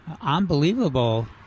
unbelievable